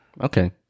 Okay